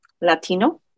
Latino